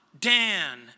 Dan